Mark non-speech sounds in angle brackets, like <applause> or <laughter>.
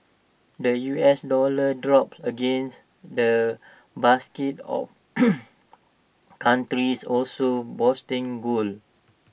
the U S dollar dropped against the basket of <noise> countries also boosting gold